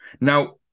Now